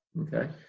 okay